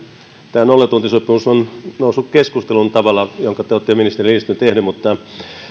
tämä nollatuntisopimus on noussut keskusteluun tällä tavalla minkä te olette ministeri lindström tehnyt